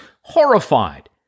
horrified